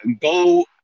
go